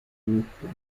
mixtos